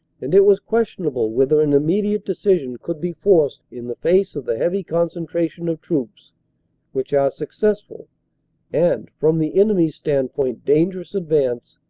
and it was questionable whether an immediate decision could be forced in the face of the heavy concentration of troops which our successful and, from the enemy's standpoint, dangerous advance,